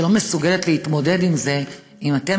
שלא מסוגלת להתמודד עם זה אם אתם,